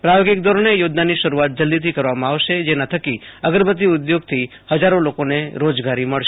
પ્રાયોગિક ધોરણે યોજનાની શરૂઆત જલ્દીથી કરવામાં આવશે જેના થકી અગરબત્તી ઉદ્યોગથી હજારો લોકોને રોજગારી મળશે